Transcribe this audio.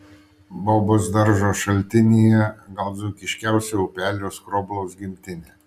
bobos daržo šaltinyje gal dzūkiškiausio upelio skroblaus gimtinė